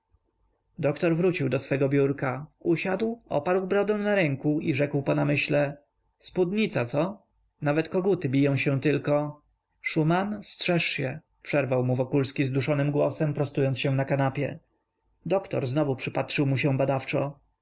doktor wrócił do swego biurka usiadł oparł brodę na ręku i rzekł po namyśle spódnica co nawet koguty biją się tylko szuman strzeż się przerwał mu wokulski zduszonym głosem prostując się na kanapie doktor znowu przypatrzył mu się badawczo